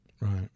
Right